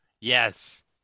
Yes